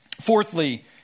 Fourthly